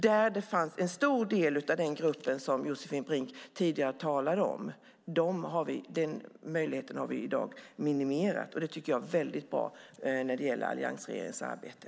Där fanns en stor del av den grupp som Josefin Brink talade om, och möjligheten till svartjobb i den sektorn har vi i dag minimerat. Det tycker jag är något väldigt bra i alliansregeringens arbete.